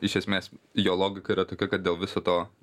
iš esmės jo logika yra tokia kad dėl viso to